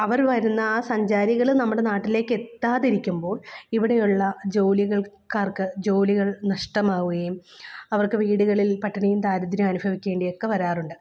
അവർ വരുന്ന ആ സഞ്ചാരികൾ നമ്മുടെ നാട്ടിലേക്കെത്താതിരിക്കുമ്പോൾ ഇവിടെയുള്ള ജോലികൾ ക്കാർക്ക് ജോലികൾ നഷ്ടമാവുകയും അവർക്ക് വീടുകളിൽ പട്ടിണിയും ദാരിദ്ര്യം അനുഭവിക്കേണ്ടി ഒക്കെ വരാറുണ്ട്